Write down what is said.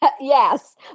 Yes